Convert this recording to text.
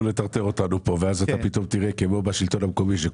לטרטר אותנו פה ואז תראה כמו בשלטון המקומי.